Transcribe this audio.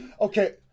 Okay